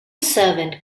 servant